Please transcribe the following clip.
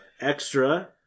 Extra